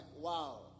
wow